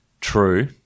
True